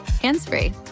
hands-free